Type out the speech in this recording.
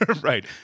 Right